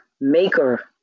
maker